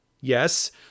Yes